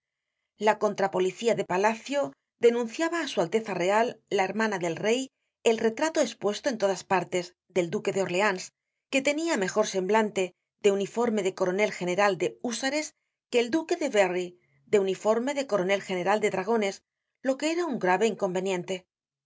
la contrapolicía de palacio denunciba á su alteza real la hermana del rey el retrato espuesto en todas partes del duque de orleans que tenia mejor semblante de uniforme de coronel general de húsares que el duque de berry de uniforme de coronel general de dragones lo que era un grave inconveniente la